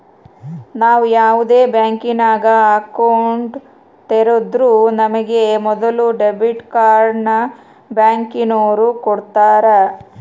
ನಾವು ಯಾವ್ದೇ ಬ್ಯಾಂಕಿನಾಗ ಅಕೌಂಟ್ ತೆರುದ್ರೂ ನಮಿಗೆ ಮೊದುಲು ಡೆಬಿಟ್ ಕಾರ್ಡ್ನ ಬ್ಯಾಂಕಿನೋರು ಕೊಡ್ತಾರ